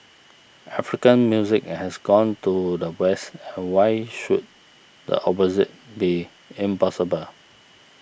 African music has gone to the West and why should the opposite be impossible